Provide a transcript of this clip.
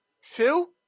Sue